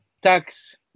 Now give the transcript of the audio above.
tax